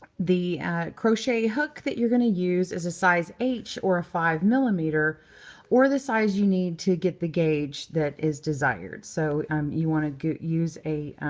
the crochet hook that you're going to use is a size h or a five millimeter or the size you need to get the gauge that is desired. so um you want to use a